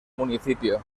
municipio